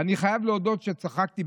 אני חייב להודות שצחקתי,